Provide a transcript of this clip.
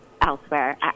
elsewhere